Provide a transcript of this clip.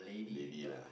lady lah